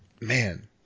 Man